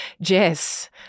Jess